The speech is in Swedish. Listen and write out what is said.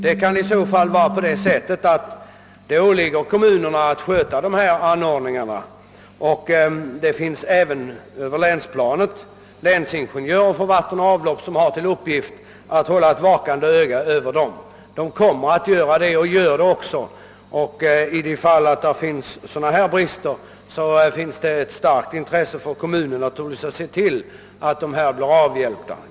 Det åligger kommunerna att sköta dessa anordningar, och det finns på länsplanet länsingenjörer för vatten och avlopp vilka har till uppgift att hålla ett vakande öga på dem. Detta gör de, och de kommer att göra det även i fortsättningen, och i de fall då sådana brister som fru Sundberg talade om förekommer finns det ett starkt intresse från kommuner och länsmyndigheter att se till att de blir avhjälpta.